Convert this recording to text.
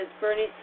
Bernie